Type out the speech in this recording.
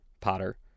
Potter